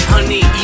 Honey